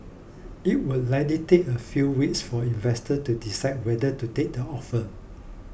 it will likely take a few weeks for investor to decide whether to take the offer